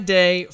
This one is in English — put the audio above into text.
day